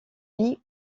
vie